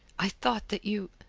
i thought that you.